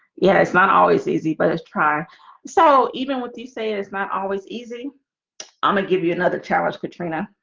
yeah, it's not always easy but it's try so even what do you say is not always easy i'm gonna give you another challenge katrina.